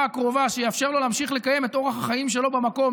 הקרובה שיאפשר לו להמשיך לקיים את אורח החיים שלו במקום,